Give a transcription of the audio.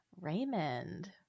raymond